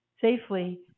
safely